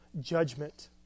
judgment